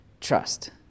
trust